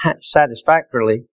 satisfactorily